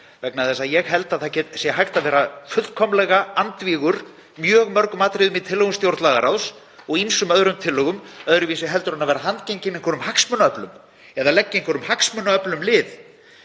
vegna þess að ég held að það sé hægt að vera fullkomlega andvígur mjög mörgum atriðum í tillögum stjórnlagaráðs og ýmsum öðrum tillögum öðruvísi en að vera handgenginn einhverjum hagsmunaöflum eða leggja einhverjum hagsmunaöflum lið.